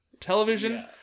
television